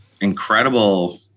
incredible